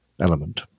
element